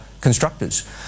Constructors